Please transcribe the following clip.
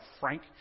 Frank